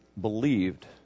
believed